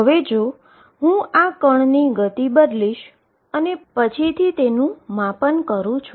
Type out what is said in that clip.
હવે જો હું આ પાર્ટીકલની ગતિ બદલીશ અને હું પછીથી તેનું મેઝર કરું છું